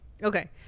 Okay